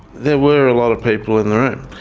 there were a lot of people in the room.